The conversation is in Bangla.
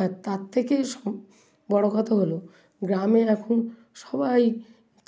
আর তার থেকে বড় কথা হলো গ্রামে এখন সবাই